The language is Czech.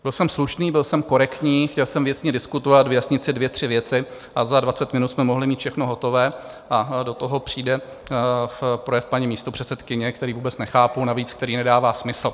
Byl jsem slušný, byl jsem korektní, chtěl jsem věcně diskutovat, vyjasnit si dvě, tři věci, za dvacet minut jsme mohli mít všechno hotové, a do toho přijde projev paní místopředsedkyně, který vůbec nechápu, navíc který nedává smysl.